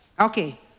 Okay